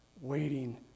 waiting